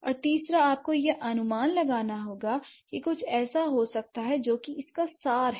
और तीसरा आपको यह अनुमान लगाना होगा कि कुछ ऐसा हो सकता है जो कि इसका सार है